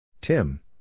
Tim